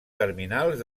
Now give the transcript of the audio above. terminals